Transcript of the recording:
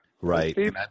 Right